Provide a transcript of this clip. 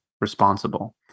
responsible